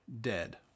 dead